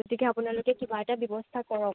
গতিকে আপোনালোকে কিবা এটা ব্যৱস্থা কৰক